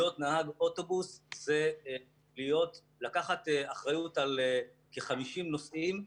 להיות נהג אוטובוס זה לקחת אחריות על כ-50 נוסעים.